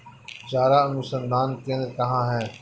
चारा अनुसंधान केंद्र कहाँ है?